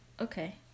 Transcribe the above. Okay